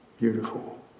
beautiful